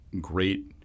great